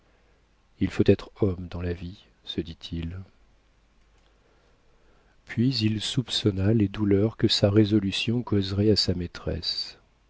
il faut être homme dans la vie se dit-il puis il soupçonna les douleurs que sa résolution causerait à sa maîtresse